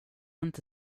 inte